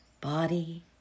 Body